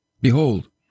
Behold